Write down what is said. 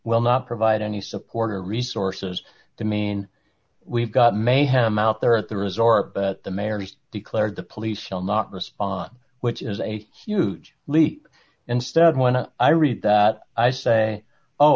well not provide any support or resources to mean we've got mayhem out there at the resort but the mayor just declared the police will not respond which is a huge leap instead when i read that i say oh